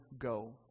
go